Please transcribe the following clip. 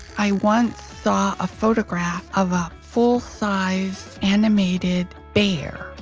i once saw a photograph of a full sized animated bear.